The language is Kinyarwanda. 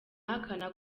ahakana